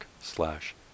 slash